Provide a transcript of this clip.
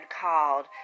called